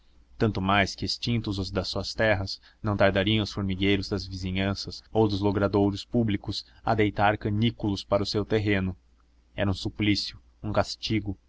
tanto mais que extintos os das suas terras não tardariam os formigueiros das vizinhanças ou dos logradouros públicos a deitar canículos para o seu terreno era um suplício um castigo